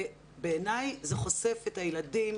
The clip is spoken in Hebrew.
בעיניי זה חושף את הילדים